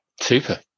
Super